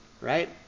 Right